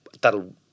that'll